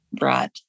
Right